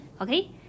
Okay